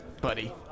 buddy